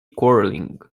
quarrelling